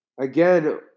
Again